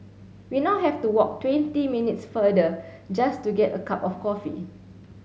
we now have to walk twenty minutes further just to get a cup of coffee